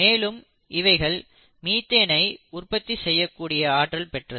மேலும் இவைகள் மீத்தேனை உற்பத்தி செய்யக்கூடிய ஆற்றல் பெற்றது